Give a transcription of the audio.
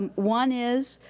one is